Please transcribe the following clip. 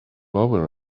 over